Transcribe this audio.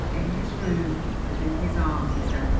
in his room and in his arms, he said.